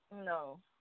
no